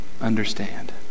understand